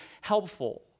Helpful